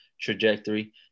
trajectory